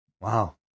Wow